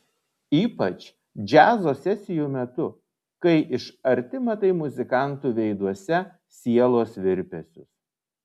ypač džiazo sesijų metu kai iš arti matai muzikantų veiduose sielos virpesius